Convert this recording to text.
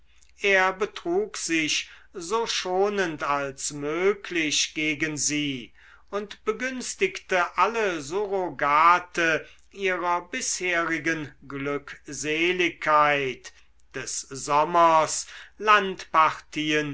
er betrug sich so schonend als möglich gegen sie und begünstigte alle surrogate ihrer bisherigen glückseligkeit des sommers